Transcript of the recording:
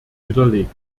widerlegt